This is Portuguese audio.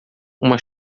uma